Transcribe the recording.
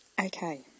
Okay